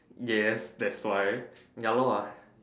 yes that's why ya lor ah